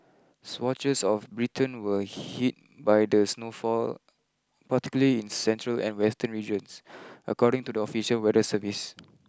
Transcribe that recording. swatches of Britain were hit by the snowfall particularly in central and western regions according to the official weather service